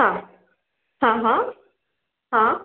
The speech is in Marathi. हां हां हां हां